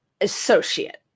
associate